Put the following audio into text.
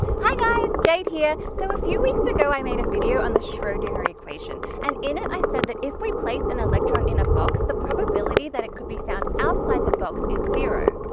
hi guys! jade here. so a few weeks ago i made a video on the schrodinger equation and in it i said that if we place an electron in a box the probability that it could be found outside the box is zero,